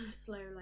Slowly